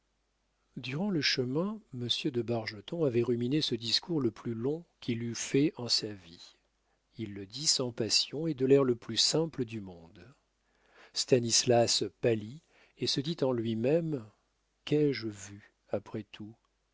durant le chemin monsieur de bargeton avait ruminé ce discours le plus long qu'il eût fait en sa vie il le dit sans passion et de l'air le plus simple du monde stanislas pâlit et se dit en lui-même qu'ai-je vu après tout